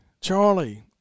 Charlie